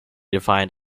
defined